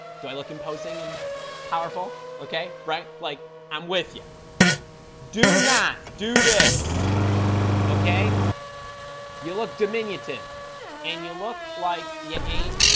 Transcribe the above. do i look imposing and powerful okay right like i'm with you do not do this okay you look diminutive and you look like you yeah ain't